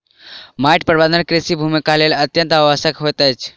माइट प्रबंधन कृषि भूमिक लेल अत्यंत आवश्यक होइत अछि